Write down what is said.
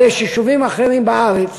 הרי יישובים אחרים בארץ,